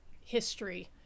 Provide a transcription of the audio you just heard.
history